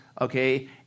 okay